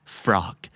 frog